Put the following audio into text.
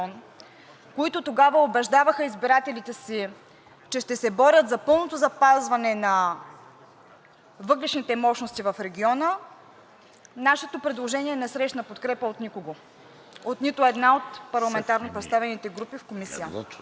които тогава убеждаваха избирателите си, че ще се борят за пълното запазване на въглищните мощности в региона, нашето предложение не срещна подкрепа от никого, от нито една от парламентарно представените групи в Комисията.